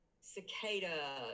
cicada